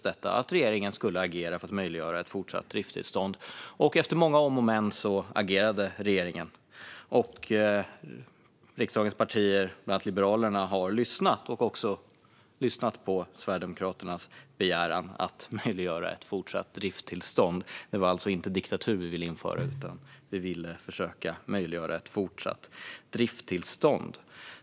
Efter många om och men agerade regeringen, och flera riksdagspartier, bland annat Liberalerna, har också lyssnat på Sverigedemokraternas begäran om att möjliggöra ett fortsatt driftstillstånd. Vi ville alltså inte införa diktatur, utan vi ville möjliggöra ett fortsatt driftstillstånd.